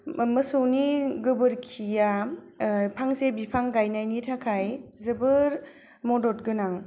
मोसौनि गोबोरखिया फांसे बिफां गायनाइनि थाखाय जोबोर मदद गोनां